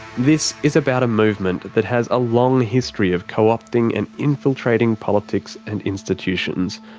this is about a movement that has a long history of co-opting and infiltrating politics and institutions,